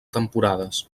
temporades